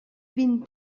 vint